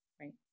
right